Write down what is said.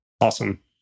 Awesome